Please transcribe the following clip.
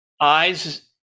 Eyes